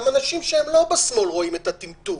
גם אנשים שהם לא בשמאל רואים את הטמטום,